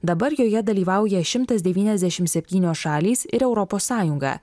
dabar joje dalyvauja šimtas devyniasdešim septynios šalys ir europos sąjunga